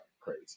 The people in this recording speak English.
crazy